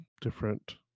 different